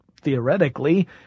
theoretically